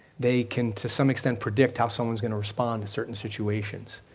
they can, to some extent, predict how someone's gonna respond to certain situations.